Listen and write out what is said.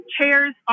chairs